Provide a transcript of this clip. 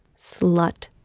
slut.